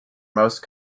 most